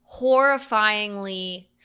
horrifyingly